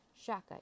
Shaka